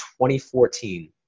2014